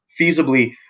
feasibly